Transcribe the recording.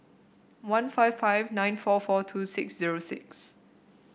one five five nine four four two six zero six